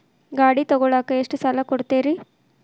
ಗಾಡಿ ತಗೋಳಾಕ್ ಎಷ್ಟ ಸಾಲ ಕೊಡ್ತೇರಿ?